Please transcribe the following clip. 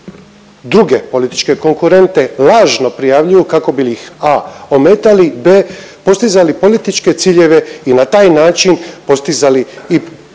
druge političke konkurente lažno prijavljuju kako bi ih a) ometali, b) postizali političke ciljeve i na taj način postizali i